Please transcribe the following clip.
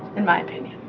in my opinion.